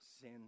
sin